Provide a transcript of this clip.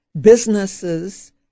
businesses